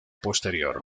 posterior